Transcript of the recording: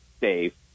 Dave